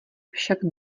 však